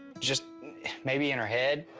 just maybe in her head.